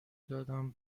دادم